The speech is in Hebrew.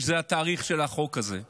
שזה התאריך של החוק הזה.